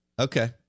Okay